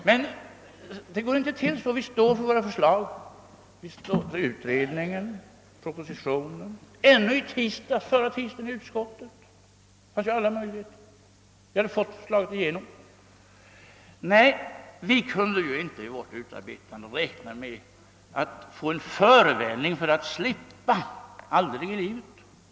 Nej, det går inte till på det där sättet, utan vi står för våra förslag, för utredningen och för propositionen. Så sent som förra tisdagen fanns det ju i utskottet alla möjligheter — vi hade fått igenom förslaget. Vid utarbetandet av vårt förslag kunde vi inte räkna med att få en förevändning att slippa ifrån det.